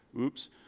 oops